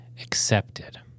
accepted